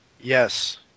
Yes